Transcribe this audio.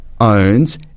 owns